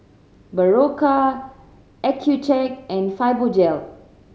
Berocca Accucheck and Fibogel